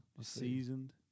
Seasoned